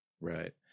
Right